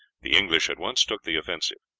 the english at once took the offensive.